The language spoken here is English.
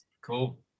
Cool